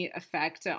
effect